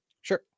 sure